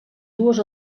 dues